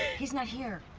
he's not here.